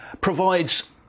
provides